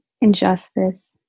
injustice